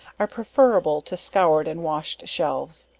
are preferable to scoured and washed shelves.